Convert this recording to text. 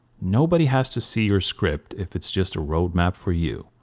nobody has to see your script if it's just a roadmap for you.